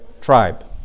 tribe